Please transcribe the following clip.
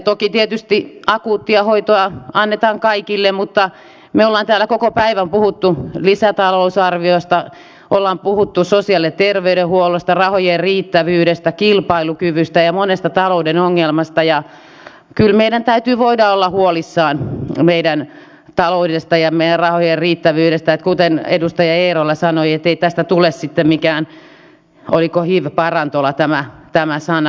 toki tietysti akuuttia hoitoa annetaan kaikille mutta me olemme täällä koko päivän puhuneet lisätalousarviosta olemme puhuneet sosiaali ja terveydenhuollosta rahojen riittävyydestä kilpailukyvystä ja monesta talouden ongelmasta ja kyllä meidän täytyy voida olla huolissaan meidän taloudesta ja meidän rahojen riittävyydestä ettei kuten edustaja eerola sanoi tästä tule sitten mikään hiv parantola oliko tämä sana